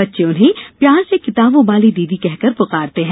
बच्चे उन्हें प्यार से किताबों वाली दीदी कहकर पुकारते हैं